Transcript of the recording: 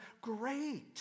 great